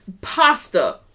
pasta